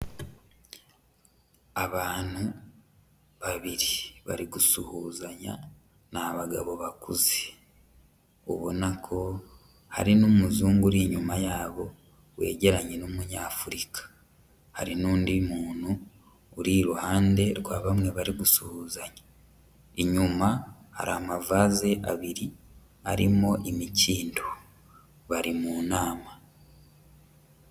Abantu babiri bari gusuhuzanya, ni abagabo bakuze. Ubona ko hari n'umuzungu uri inyuma yabo wegeranye n'umunyafurika. Hari n'undi muntu uri iruhande rwa bamwe bari gusuzanya, inyuma hari amavase abiri arimo imikindo bari mu nama.